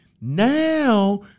now